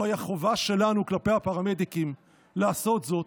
זוהי החובה שלנו כלפי הפרמדיקים לעשות זאת,